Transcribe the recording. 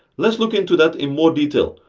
let's look into that in more detail,